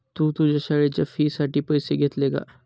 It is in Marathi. तू तुझ्या शाळेच्या फी साठी पैसे घेतले का?